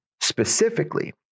specifically